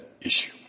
issue